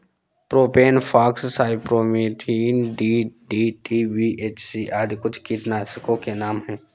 propane fox, cypermethrin, DDT, BHC आदि कुछ कीटनाशकों के नाम हैं